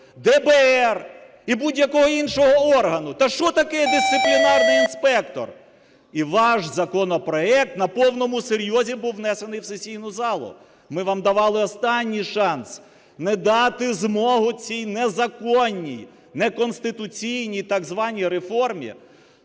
ДБР і будь-якого іншого органу. Та, що таке є дисциплінарний інспектор? І ваш законопроект на повному серйозні був внесений в сесійну залу. Ми вам давали останній шанс не дати змогу цій незаконній, не конституційній так званій реформі